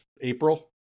April